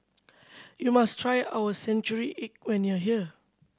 you must try our century egg when you are here